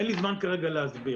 אין לי זמן כרגע להסביר.